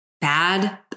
bad